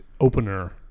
opener